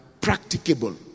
practicable